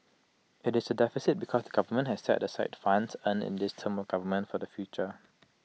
IT is A deficit because the government has set aside funds earned in this term of government for the future